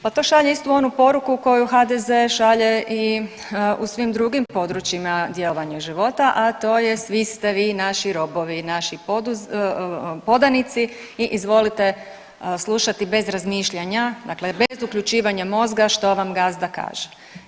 Pa to šalje istu onu poruku koju HDZ šalje i u svim drugim područjima djelovanja i života, a to je, svi ste vi naši robovi, naši podanici i izvolite slušati bez razmišljanja, dakle bez uključivanja mozga što vam gazda kaže.